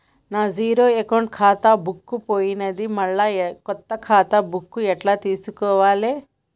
నా zero account ఖాతా book పోయింది మళ్ళా కొత్త ఖాతా బుక్కు ఎట్ల తీసుకోవాలే?